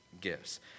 gifts